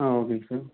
ஆ ஓகேங்க சார்